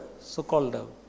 so-called